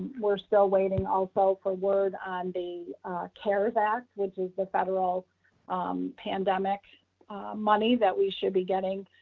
we're still waiting also for word on the cares act, which is the federal pandemic money that we should be getting.